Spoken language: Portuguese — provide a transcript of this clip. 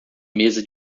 mesa